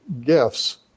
gifts